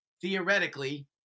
theoretically